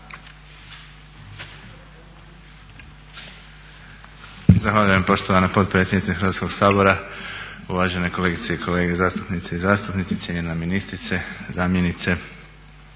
Zahvaljujem poštovana potpredsjednice Hrvatskog sabora. Uvažene kolegice zastupnice i zastupnici, cijenjena ministrice, zamjenice.